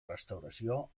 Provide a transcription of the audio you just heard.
restauració